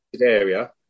area